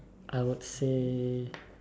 I would say